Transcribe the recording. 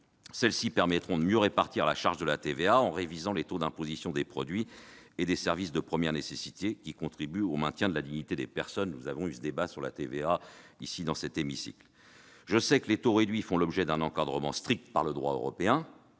publiques afin de mieux répartir la charge de la TVA en révisant les taux d'imposition des produits et des services de première nécessité qui contribuent au maintien de la dignité des personnes. Nous avons déjà eu ce débat dans l'hémicycle. Je sais que les taux réduits font l'objet d'un encadrement strict par le droit de